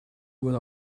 what